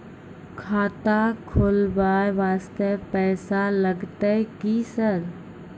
खाता खोलबाय वास्ते पैसो लगते की सर?